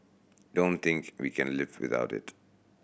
don't think we can live without it